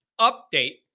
Update